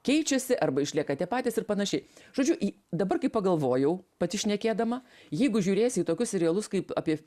keičiasi arba išlieka tie patys ir panašiai žodžiu dabar kai pagalvojau pati šnekėdama jeigu žiūrėsi į tokius serialus kaip apie